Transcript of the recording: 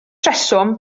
rheswm